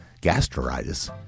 gastritis